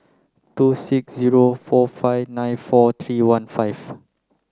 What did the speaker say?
two six zero four five nine four three one five